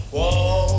Whoa